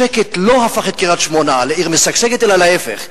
השקט לא הפך את קריית-שמונה לעיר משגשגת אלא להיפך,